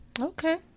okay